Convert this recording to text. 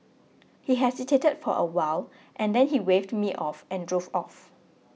he hesitated for a while and then he waved me off and drove off